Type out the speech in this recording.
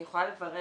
אני יכולה לברר.